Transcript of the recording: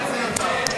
אותם.